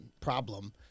problem